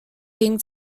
sing